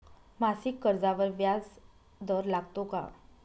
मासिक कर्जावर व्याज दर लागतो का?